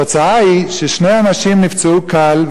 התוצאה היא ששני אנשים נפצעו קל,